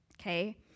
Okay